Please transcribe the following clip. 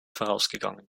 vorausgegangen